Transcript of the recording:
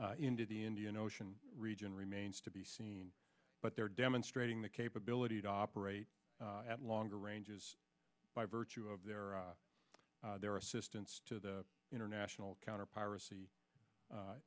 sea into the indian ocean region remains to be seen but they're demonstrating the capability to operate at longer ranges by virtue of their their assistance to the international counter piracy